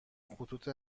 خطوط